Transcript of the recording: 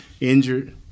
injured